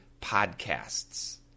podcasts